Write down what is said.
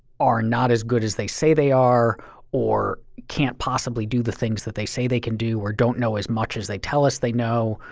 are not as good as they say they are or can't possibly do the things that they say they can do or don't know as much as they tell us they know.